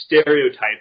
stereotypes